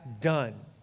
done